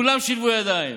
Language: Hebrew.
כולם שילבו ידיים.